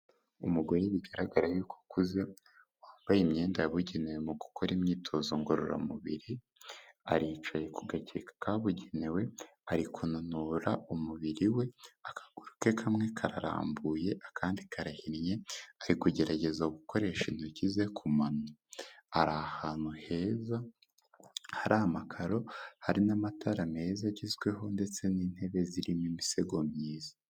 Umugore bigaragara y'uko akuze, wambaye imyenda yabugenewe mu gukora imyitozo ngororamubiri, aricaye ku gakeka kabugenewe, ari kunanura umubiri we, akaguru ke kamwe kararambuye, akandi karahinnye, ari kugerageza gukoresha intoki ze ku mano. Ari ahantu heza hari amakaro, hari n'amatara meza agezweho ndetse n'intebe zirimo imisego myiza.